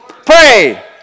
Pray